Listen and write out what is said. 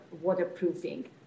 waterproofing